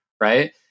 Right